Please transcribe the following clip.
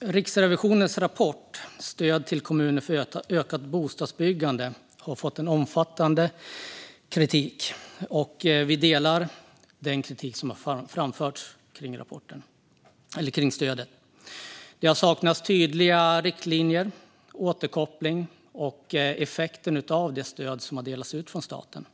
Riksrevisionens rapport Stödet till kommuner för ökat bostadsbyggande innehåller omfattande kritik, och vi delar den kritik som har framförts kring stöden. Det har saknats tydliga riktlinjer och återkoppling kring effekter av det stöd som har delats ut från staten.